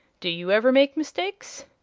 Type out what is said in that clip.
do you ever make mistakes?